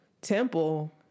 temple